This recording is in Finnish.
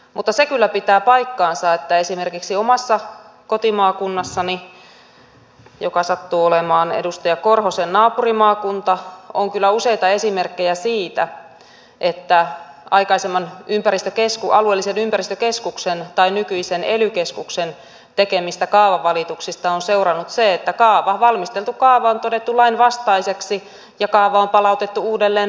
mutta se kyllä pitää paikkansa että esimerkiksi omassa kotimaakunnassani joka sattuu olemaan edustaja korhosen naapurimaakunta on kyllä useita esimerkkejä siitä että aikaisemman alueellisen ympäristökeskuksen tai nykyisen ely keskuksen tekemistä kaavavalituksista on seurannut se että valmisteltu kaava on todettu lainvastaiseksi ja kaava on palautettu uudelleenvalmisteluun